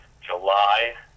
july